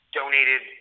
donated